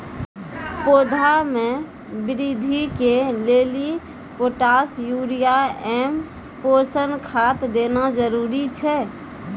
पौधा मे बृद्धि के लेली पोटास यूरिया एवं पोषण खाद देना जरूरी छै?